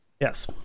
Yes